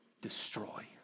destroy